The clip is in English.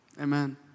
Amen